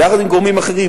יחד עם גורמים אחרים,